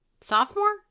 Sophomore